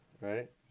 right